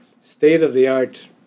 state-of-the-art